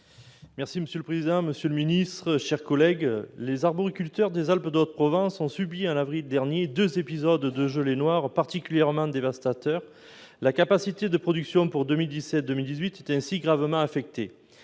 Monsieur le président, monsieur le ministre, mes chers collègues, les arboriculteurs des Alpes-de-Haute-Provence ont subi, en avril dernier, deux épisodes de gelée noire particulièrement dévastateurs. La capacité de production pour la période 2017-2018 est ainsi gravement affectée.